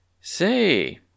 Say